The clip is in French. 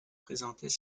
présentés